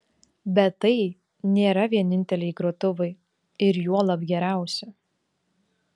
bet tai nėra vieninteliai grotuvai ir juolab geriausi